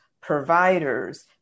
providers